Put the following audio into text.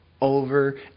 Over